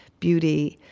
beauty,